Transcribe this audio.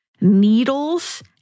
needles